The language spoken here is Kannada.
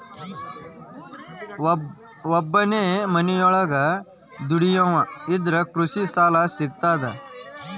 ಒಬ್ಬನೇ ಮನಿಯೊಳಗ ದುಡಿಯುವಾ ಇದ್ರ ಕೃಷಿ ಸಾಲಾ ಸಿಗ್ತದಾ?